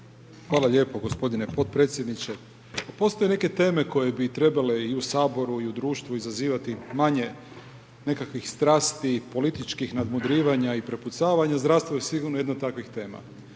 Hvala lijepo gospodine potpredsjedniče. Postoje neke teme koje bi trebale i u saboru i u društvu izazivati manje nekakvih strasti i političkih nadmudrivanja i prepucavanja, zdravstvo je sigurno jedno od takvih tema.